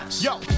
Yo